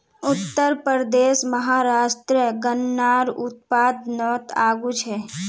उत्तरप्रदेश, महाराष्ट्र गन्नार उत्पादनोत आगू छे